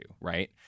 right